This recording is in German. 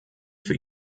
für